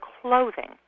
clothing